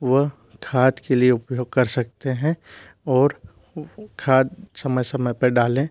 वह खाद के लिए उपयोग कर सकते हैं और खाद समय समय पर डालें